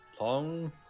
Long